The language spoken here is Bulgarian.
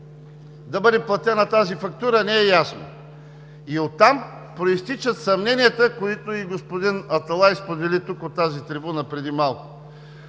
да бъде платена тази фактура, не е ясно! И оттам произтичат съмненията, които и господин Аталай сподели от тази трибуна преди малко.